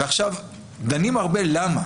דנים הרבה למה.